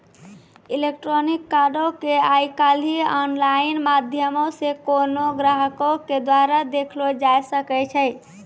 electronic कार्डो के आइ काल्हि आनलाइन माध्यमो से कोनो ग्राहको के द्वारा देखलो जाय सकै छै